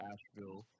Asheville